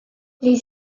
les